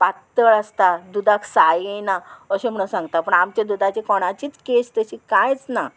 पात्तळ आसता दुदाक साय येयना अशें म्हणून सांगता पूण आमचे दुदाची कोणाचीच कॅस तशी कांयच ना